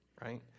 right